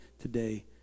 today